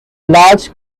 large